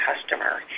customer